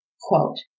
quote